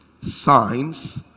signs